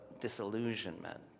disillusionment